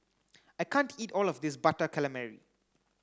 I can't eat all of this butter calamari